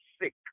sick